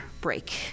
break